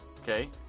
Okay